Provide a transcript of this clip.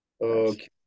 Okay